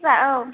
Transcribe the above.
औ